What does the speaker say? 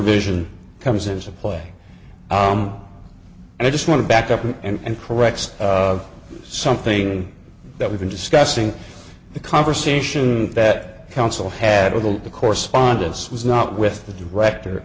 vision comes into play and i just want to back up and correct of something that we've been discussing the conversation that counsel had with all the correspondence was not with the director